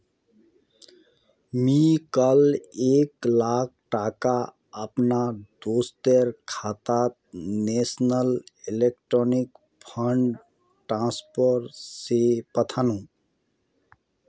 मी काल एक लाख टका अपना दोस्टर खातात नेशनल इलेक्ट्रॉनिक फण्ड ट्रान्सफर से पथानु